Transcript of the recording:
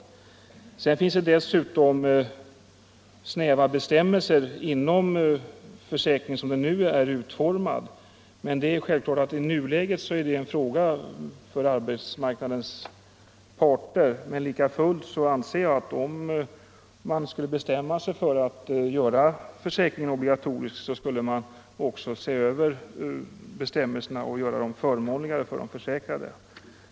Dessutom finns det snäva bestämmelser inom försäkringen som den nu är utformad. I nuläget är detta självfallet en fråga för arbetsmarknadens parter, men om man skulle bestämma sig för att göra försäkringen obligatorisk, så borde man enligt min mening också se över bestämmelserna och göra dem förmånligare för de försäkrade.